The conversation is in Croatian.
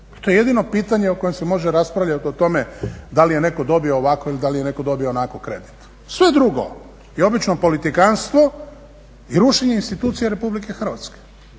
To je jedino pitanje o kojem se može raspravljati, o tome da li je netko dobio ovako ili da li je netko dobio onako kredit. Sve drugo je obično politikantstvo i rušenje institucije RH.